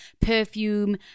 perfume